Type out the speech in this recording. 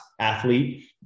athlete